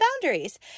boundaries